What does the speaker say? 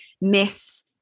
Miss